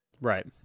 right